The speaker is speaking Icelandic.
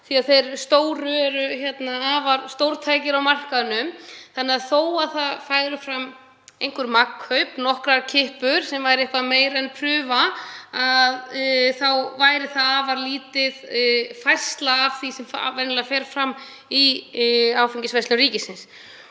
því að þeir stóru eru afar stórtækir á markaðnum. Þó að það færu fram einhver magnkaup, nokkrar kippur eða eitthvað meira en prufa, væri það afar lítil færsla af því sem venjulega fer fram í áfengisverslun ríkisins.